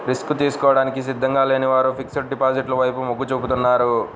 risk తీసుకోవడానికి సిద్ధంగా లేని వారు ఫిక్స్డ్ డిపాజిట్ల వైపు మొగ్గు చూపుతున్నారు